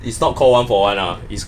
it's not call one for one ah